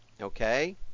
okay